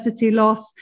loss